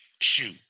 shoot